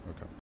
Okay